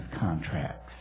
contracts